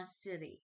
City